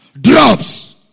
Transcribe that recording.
drops